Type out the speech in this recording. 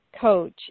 coach